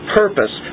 purpose